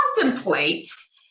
contemplates